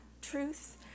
truth